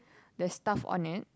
there's stuff on it